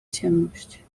ciemność